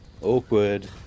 Awkward